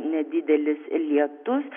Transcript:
nedidelis lietus